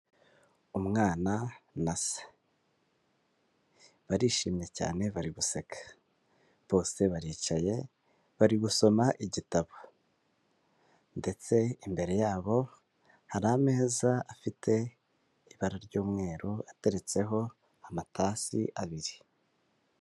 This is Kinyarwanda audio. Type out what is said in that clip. Umwana na se, barishimye cyane bari guseka, bose baricaye bari gusoma igitabo ndetse imbere yabo hari ameza afite ibara ry'umweru ateretseho amatasi abiri.